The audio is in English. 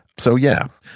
so yeah,